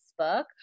Facebook